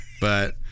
But-